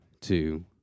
two